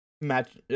match